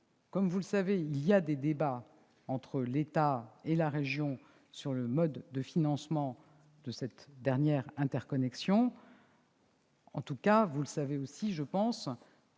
Comme vous le savez, il y a des débats entre l'État et la région sur le mode de financement de cette dernière interconnexion. En tout cas, pour ne pas retarder